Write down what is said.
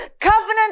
covenant